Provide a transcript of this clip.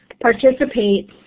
participate